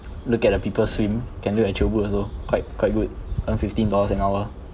look at the people swim can do actual work also quite quite good earn fifteen dollars an hour